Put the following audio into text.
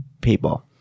people